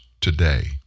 today